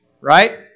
Right